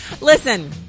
Listen